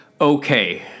okay